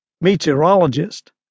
meteorologist